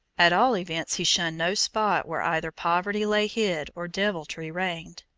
at all events he shunned no spot where either poverty lay hid or deviltry reigned,